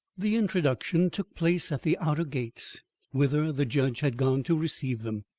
the introduction took place at the outer gates whither the judge had gone to receive them.